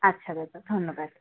আচ্ছা দাদা ধন্যবাদ